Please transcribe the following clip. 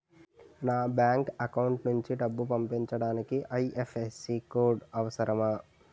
నా bank account నుంచి డబ్బు పంపించడానికి ఐ.ఎఫ్.ఎస్.సి కోడ్ అవసరమా?